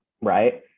right